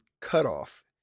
cutoff